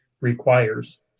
requires